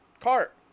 cart